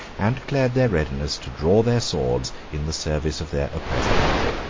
and declared their readiness to draw their swords in the service of their oppressed country.